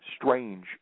strange